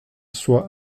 soit